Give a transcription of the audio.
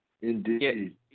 Indeed